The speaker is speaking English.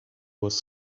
was